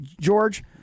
George